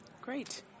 Great